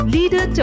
Leader